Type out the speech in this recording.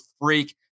freak